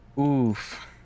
Oof